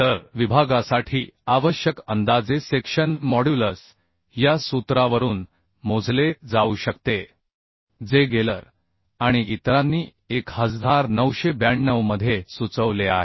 तर विभागासाठी आवश्यक अंदाजे सेक्शन मॉड्युलस या सूत्रावरून मोजले जाऊ शकते जे गेलर आणि इतरांनी 1992 मध्ये सुचवले आहे